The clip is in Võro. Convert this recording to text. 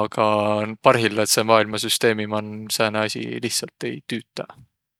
Aga parhilladsõ maailmasüsteemi man sääne asi lihtsält ei tüütäq.